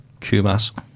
Kumas